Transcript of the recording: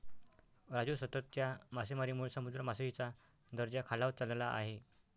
राजू, सततच्या मासेमारीमुळे समुद्र मासळीचा दर्जा खालावत चालला आहे